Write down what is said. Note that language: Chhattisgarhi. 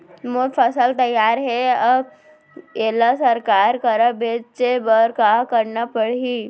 मोर फसल तैयार हे अब येला सरकार करा बेचे बर का करना पड़ही?